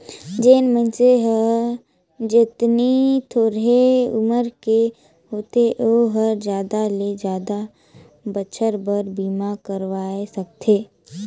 जेन मइनसे हर जेतनी थोरहें उमर के होथे ओ हर जादा ले जादा बच्छर बर बीमा करवाये सकथें